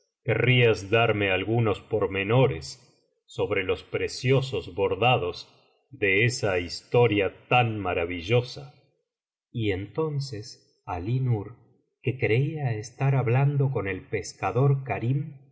querrías darme algunos pormenores sobre los preciosos bordados de esa historia tan maravillosa y entonces alí nur que creía estar hablando con el pescador karim